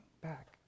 back